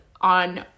on